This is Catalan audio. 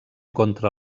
contra